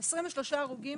23 הרוגים